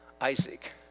isaac